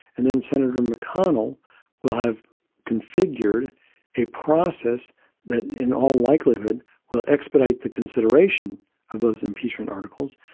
and then senator mcconnell will have configured a process that in all likelihood will expedite the consideration of those impeachment articles.